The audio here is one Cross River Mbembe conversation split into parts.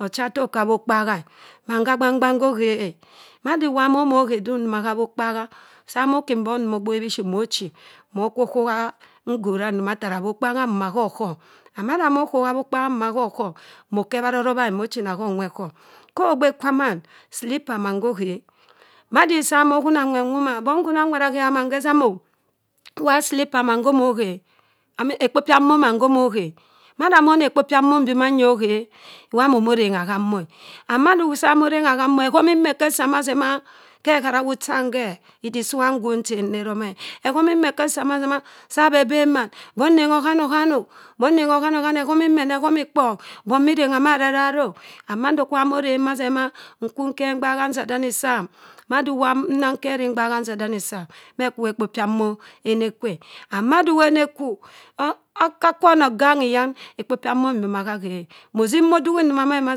. Ochatok kha awok gbaha e mann kha agbangbang ho ghea. mada iwa mono oghe edung ndoma ha awok kpaha, sa mo ki mbok mo gbobhi biiship mo chi. mo kwo ghok ah ngora njoma tara awok kpaha mbomaghọ ọghọhm. And mada mo ahok awuk kpaha mboma sa oghọm, moka ebhorr arobha e, mochina sa anwet ghọm. Ho ogbe kwa mamn, slipper mann hoghe. madisa wongha ahuna nwet nwo ma, bong huna nwet aghebha man khe ezamo. iwa asslipper mann, homo aghe e. Amin, ekpo ryia mmok mann homo oghe eh. mada mona ekpo pya mmok bio manya oghe waa mono orengha h'mmoke. And madi misa orongha kha mmok, ehomi͐ mmok eke saa ma sẹ maa. khe ehara gwu cham me eh, idik siham nwongha achen nne zome e. ahomi mmok eke saa ma sẹ ma, sa beh ben bẹh bong nengha ahanoham o. Bong nengha ohanohan ehomi mmok ene homi kpong. wong mi rengha ma arirarri o. And mando kwu iwa moreng ma sẹ maa nkwu nkerr mgbakhi assadeni pam mada iwa nna kerri agbahi asadani pam, meh kwa ekpo pyamok ene kwu e. And mada iwa ene kwu, oka kwo ano ganghi yan, ekpo mbyo pa mmok amava aghe e. mosim oduwa ma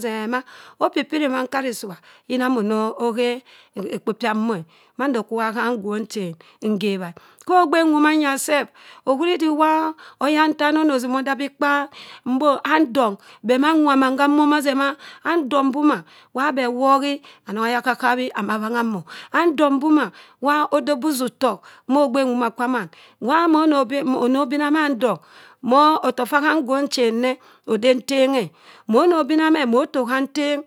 sẹ ma, akopira ha nkarisua yina mono aghe ekpo pya mmok e. mando kwu iwa ham ngwong chen, nkhebha e ho ogbe nwo manya sef, ohuri diwa oyantana ono asima oda bii kparr, mbo andong, bhe ma nwa mann gha mok ma sẹ ma. Andong mboma, wa beh wohi, anong aya gha ghabhi beh ma bhangha mmok. Andong mboma, wa edo obusuk tok ma ogbe nwoma kwa mann. wo mo ono bina ma anodong otok ffa ham ngwong chem nne ode nteng e. mo ono bima moh mo otoha ntenghe.